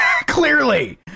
Clearly